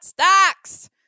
stocks